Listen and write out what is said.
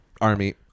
Army